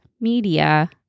media